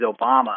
Obama